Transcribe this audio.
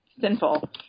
sinful